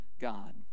God